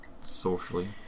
Socially